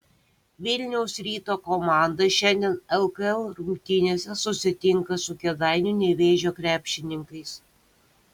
vilniaus ryto komanda šiandien lkl rungtynėse susitinka su kėdainių nevėžio krepšininkais